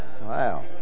wow